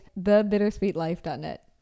thebittersweetlife.net